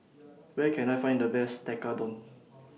Where Can I Find The Best Tekkadon